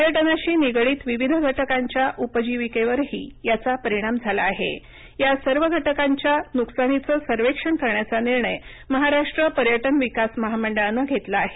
पर्यटनाशी निगडीत विविध घटकांच्या उपजीविकेवरही याचा परिणाम झाला आहे या सर्व घटकांच्या नुकसानीचं सर्वेक्षण करण्याचा निर्णय महाराष्ट्र पर्यटन विकास महामंडळानं घेतला आहे